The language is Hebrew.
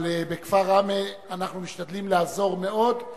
אבל לכפר ראמה אנחנו משתדלים לעזור, מאוד.